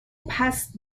پَست